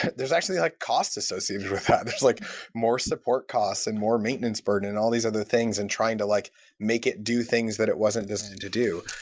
there's actually like cost associated with that. there's like more support cost and more maintenance burden and all these other things and trying to like make it do things that it wasn't designed to do.